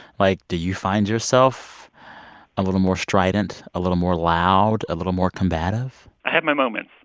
like, do you find yourself a little more strident, a little more loud, a little more combative? i have my moments